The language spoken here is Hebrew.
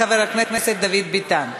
חבר הכנסת דודי אמסלם תומך,